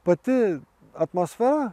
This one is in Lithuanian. pati atmosfera